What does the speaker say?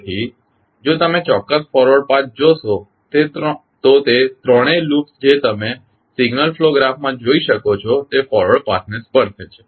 તેથી જો તમે ચોક્ક્સ ફોરવર્ડ પાથ જોશો તો તે ત્રણેય લૂપ્સ જે તમે સિગ્નલ ફ્લો ગ્રાફમાં જોઈ શકો છો તે ફોરવર્ડ પાથને સ્પર્શે છે